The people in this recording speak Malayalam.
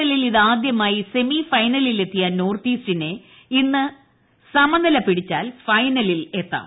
എല്ലിൽ ഇതാദ്യമായി സെമി ഫൈനലിലെത്തിയ നോർത്ത് ഈസ്റ്റിനെ ഇന്ന് സമനില പിടിച്ചാൽ ഫൈനലിലെത്താം